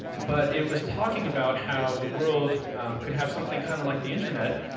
but it was talking about how the world could have something kind of like the internet,